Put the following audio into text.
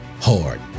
hard